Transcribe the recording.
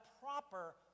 proper